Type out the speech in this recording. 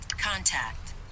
Contact